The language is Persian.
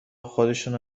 خودشونو